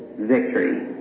victory